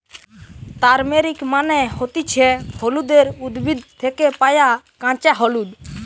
turmeric মানে হতিছে হলুদের উদ্ভিদ থেকে পায়া কাঁচা হলুদ